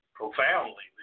profoundly